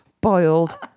boiled